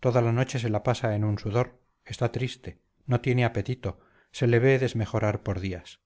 toda la noche se la pasa en un sudor está triste no tiene apetito se le ve desmejorar por días